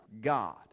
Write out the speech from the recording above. God